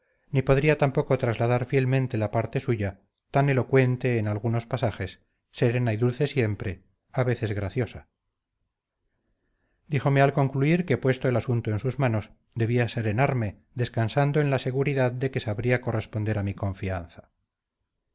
ni podría tampoco trasladar fielmente la parte suya tan elocuente en algunos pasajes serena y dulce siempre a veces graciosa díjome al concluir que puesto el asunto en sus manos debía serenarme descansando en la seguridad de que sabría corresponder a mi confianza